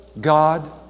God